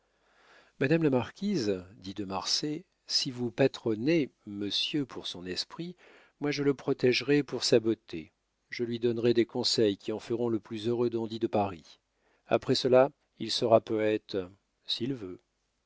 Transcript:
madame la marquise dit de marsay si vous patronez monsieur pour son esprit moi je le protégerai pour sa beauté je lui donnerai des conseils qui en feront le plus heureux dandy de paris après cela il sera poète s'il veut